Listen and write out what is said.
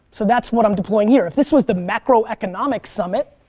so that's what i'm deploying here, if this was the macroeconomics summit,